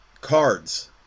cards